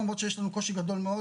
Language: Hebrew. למרות שיש לנו קושי גדול מאוד,